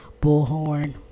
Bullhorn